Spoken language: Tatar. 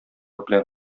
белән